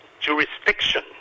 jurisdiction